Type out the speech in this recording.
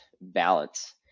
balance